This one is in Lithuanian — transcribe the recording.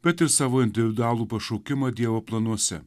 bet ir savo individualų pašaukimą dievo planuose